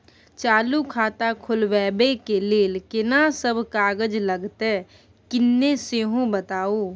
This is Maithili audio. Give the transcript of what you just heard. चालू खाता खोलवैबे के लेल केना सब कागज लगतै किन्ने सेहो बताऊ?